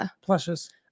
plushes